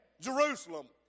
Jerusalem